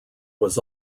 was